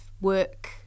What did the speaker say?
work